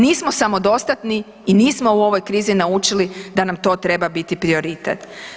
Nismo samodostatni i nismo u ovoj krizi naučili da nam to treba biti prioritet.